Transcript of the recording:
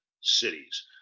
cities